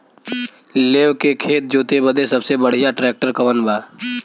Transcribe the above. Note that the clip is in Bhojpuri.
लेव के खेत जोते बदे सबसे बढ़ियां ट्रैक्टर कवन बा?